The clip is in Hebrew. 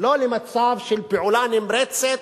לא למצב של פעולה נמרצת